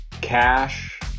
cash